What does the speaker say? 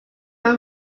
will